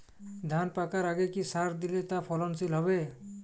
ধান পাকার আগে কি সার দিলে তা ফলনশীল হবে?